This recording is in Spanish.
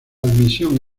admisión